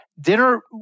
Dinner